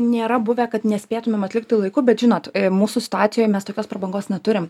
nėra buvę kad nespėtumėm atlikti laiku bet žinot mūsų situacijoj mes tokios prabangos neturim